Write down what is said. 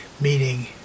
meaning